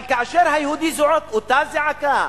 אבל כאשר יהודי זועק אותה זעקה,